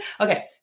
okay